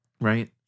Right